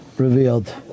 revealed